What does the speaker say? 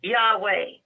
Yahweh